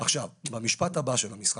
משפט נוסף,